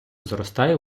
зростає